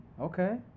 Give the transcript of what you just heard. Okay